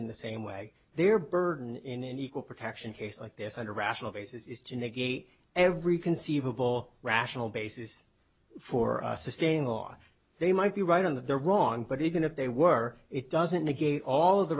in the same way they are burdened in an equal protection case like this under a rational basis is to negate every conceivable rational basis for assisting law they might be right on that they're wrong but even if they were it doesn't negate all of the